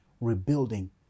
rebuilding